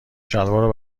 شلوارو